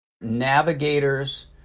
Navigators